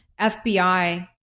FBI